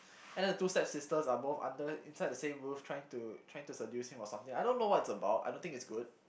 and then the two stepsisters are both under inside the same roof trying to trying to seduce him or something I don't know what's about I don't think it's good